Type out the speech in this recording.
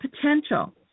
potential